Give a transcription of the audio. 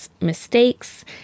mistakes